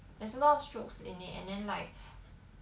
there's a lot of strokes in it and then like